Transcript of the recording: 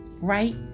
right